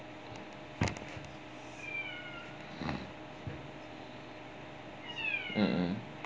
mmhmm